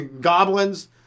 goblins